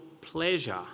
pleasure